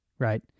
right